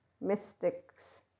mystics